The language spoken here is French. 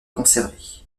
conservée